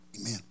Amen